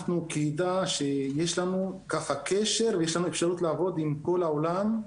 אנחנו כעדה יש לנו ככה קשר ויש לנו אפשרות לעבוד עם כל העולם,